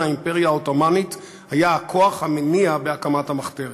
האימפריה העות'מאנית היה הכוח המניע בהקמת המחתרת.